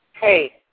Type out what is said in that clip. Hey